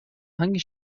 hangi